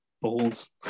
balls